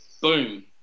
Boom